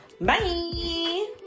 Bye